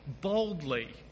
boldly